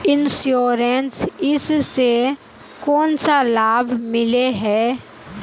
Insurance इस से कोन सा लाभ मिले है?